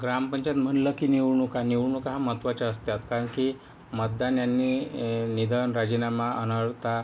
ग्रामपंचायत म्हणलं की निवडणूका निवडणूका हा महत्त्वाच्या असतात कारण की मतदान्यांनी निदान राजीनामा अनळता